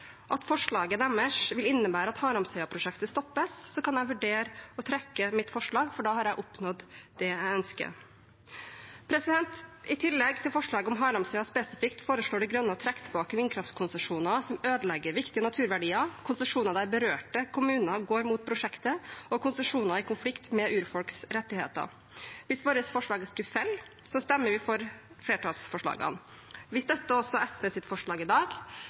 at forslaget deres vil innebære at Haramsøya-prosjektet stoppes, kan jeg vurdere å trekke mitt forslag, for da har jeg oppnådd det jeg ønsker. I tillegg til forslaget om Haramsøya spesifikt foreslår De Grønne å trekke tilbake vindkraftkonsesjoner som ødelegger viktige naturverdier, konsesjoner der berørte kommuner går mot prosjektet, og konsesjoner i konflikt med urfolks rettigheter. Hvis vårt forslag skulle falle, stemmer vi for flertallsforslagene. Vi støtter også SVs forslag i dag.